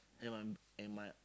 and my and my